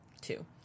two